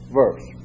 verse